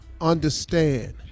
understand